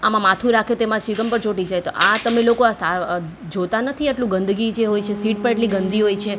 આમાં માથું રાખે તો માથા પર ચ્વિંગમ ચોંટી જાય આમાં એ લોકો જોતા નથી આટલું ગંદકી જે હોય છે તો સીટ પણ એટલી ગંદી હોય છે